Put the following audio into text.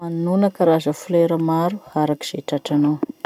Manonona karaza folera maraky araky ze tratranao.